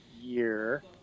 year